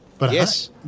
Yes